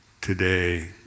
today